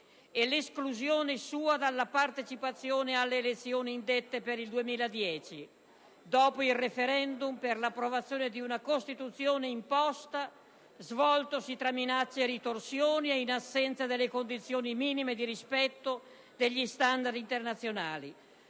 l'esclusione dalla partecipazione alle elezioni indette per il 2010, dopo il *referendum* per l'approvazione di una Costituzione imposta svoltosi tra minacce e ritorsioni e in assenza delle condizioni minime di rispetto degli standard internazionali.